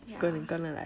ya